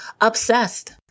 obsessed